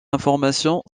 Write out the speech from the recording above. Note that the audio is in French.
informations